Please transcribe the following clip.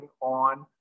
on